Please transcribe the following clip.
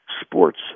sports